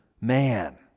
man